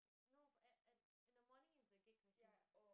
no at at in the morning is the gate crashing what